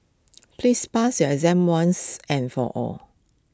please pass your exam once and for all